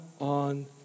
on